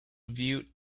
viewed